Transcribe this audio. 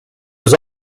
was